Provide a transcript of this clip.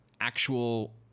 actual